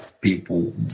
people